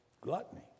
Gluttony